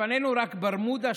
לפנינו רק ברמודה,